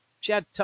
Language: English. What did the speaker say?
Chad